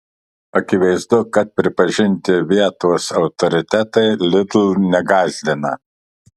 akivaizdu kad pripažinti vietos autoritetai lidl negąsdina